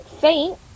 Faint